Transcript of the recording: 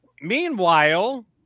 Meanwhile